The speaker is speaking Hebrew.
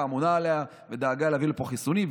אמונה עליה ודאגה להביא לפה חיסונים,